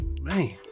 Man